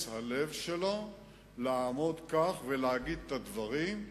הלב שלו לעמוד כך ולהגיד את הדברים,